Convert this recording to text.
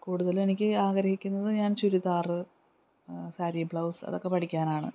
കൂടുതലും എനിക്ക് ആഗ്രഹിക്കുന്നത് ഞാൻ ചുരിദാറ് സാരി ബ്ലൗസ് അതൊക്കെ പഠിക്കാനാണ്